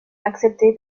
accepter